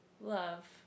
love